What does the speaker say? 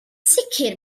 sicr